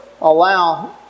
allow